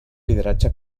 lideratge